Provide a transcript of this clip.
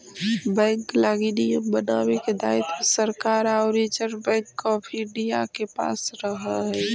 bank लगी नियम बनावे के दायित्व सरकार आउ रिजर्व बैंक ऑफ इंडिया के पास हइ